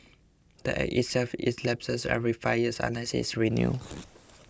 the Act itself is lapses every five years unless it's renewed